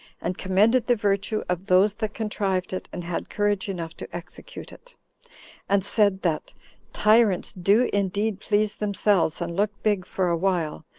and commended the virtue of those that contrived it, and had courage enough to execute it and said that tyrants do indeed please themselves and look big for a while,